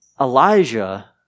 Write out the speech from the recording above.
Elijah